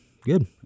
Good